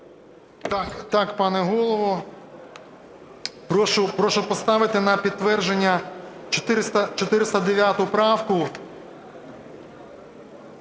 Так, пане Голово, прошу поставити на підтвердження 409 правку,